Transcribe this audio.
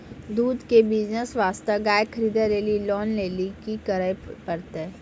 दूध के बिज़नेस वास्ते गाय खरीदे लेली लोन लेली की करे पड़ै छै?